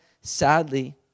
sadly